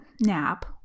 nap